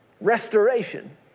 Restoration